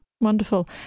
Wonderful